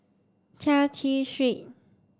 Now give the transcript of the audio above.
Chai Chee Street